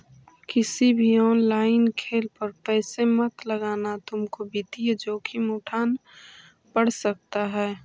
किसी भी ऑनलाइन खेल पर पैसे मत लगाना तुमको वित्तीय जोखिम उठान पड़ सकता है